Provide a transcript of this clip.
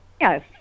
Yes